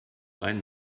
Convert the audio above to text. rein